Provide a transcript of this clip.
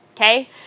okay